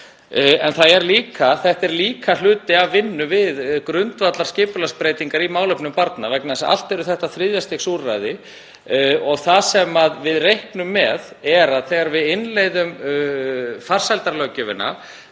sé inn í. En þetta er líka hluti af vinnu við grundvallarskipulagsbreytingar í málefnum barna vegna þess að allt eru þetta þriðja stigs úrræði og það sem við reiknum með er að þegar við innleiðum farsældarlöggjöfina,